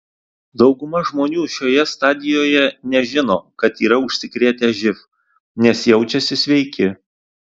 dauguma žmonių šioje stadijoje nežino kad yra užsikrėtę živ nes jaučiasi sveiki